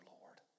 Lord